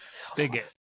spigot